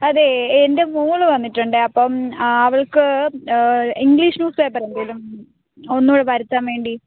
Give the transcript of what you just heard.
അതേ എൻ്റെ മോൾ വന്നിട്ടുണ്ടേ അപ്പം അവൾക്ക് ഇംഗ്ലീഷ് ന്യൂസ്പേപ്പർ എന്തെങ്കിലും ഒന്നുകൂടെ വരുത്താൻ വേണ്ടി